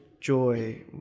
joy